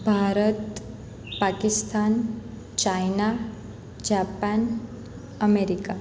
Bharat Pakistan China Japan America